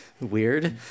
weird